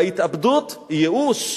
וההתאבדות היא ייאוש